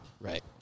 Right